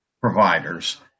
providers